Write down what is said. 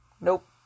Nope